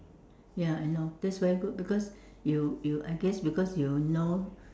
ya I know that's very good because you you I guess because you know